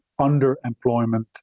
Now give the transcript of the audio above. underemployment